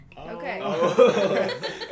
Okay